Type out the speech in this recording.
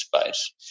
space